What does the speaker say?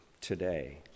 today